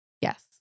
Yes